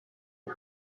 été